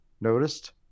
noticed